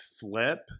flip